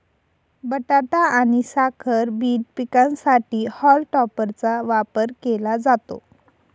बटाटा आणि साखर बीट पिकांसाठी हॉल टॉपरचा वापर केला जातो